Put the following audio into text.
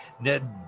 Ned